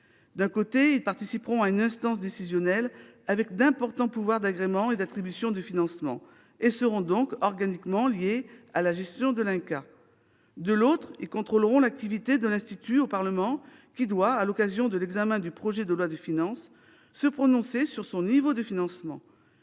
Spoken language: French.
d'un côté, ils participeront à une instance décisionnelle avec d'importants pouvoirs d'agrément et d'attribution de financements, et seront donc organiquement liés à la gestion de l'INCa ; de l'autre, ils contrôleront l'activité de l'institut, le Parlement devant, à l'occasion de l'examen du projet de loi de finances, se prononcer sur son niveau de financement.